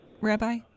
Rabbi